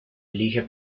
elige